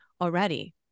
already